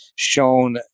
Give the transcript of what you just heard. shown